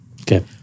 Okay